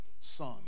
son